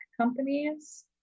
companies